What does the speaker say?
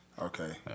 Okay